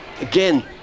Again